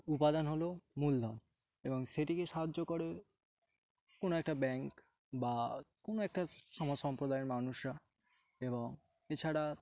উপাদান হলো মূলধন এবং সেটিকে সাহায্য করে কোনো একটা ব্যাংক বা কোনো একটা সমাজ সম্প্রদায়ের মানুষরা এবং এছাড়া